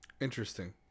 Interesting